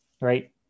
right